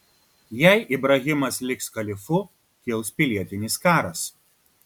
jei ibrahimas liks kalifu kils pilietinis karas